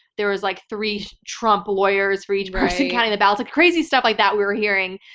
there was like three trump lawyers for each person counting the ballots. and crazy stuff like that we were hearing.